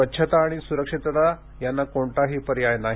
स्वच्छता आणि सुरक्षितता यांना कोणताही पर्याय नाही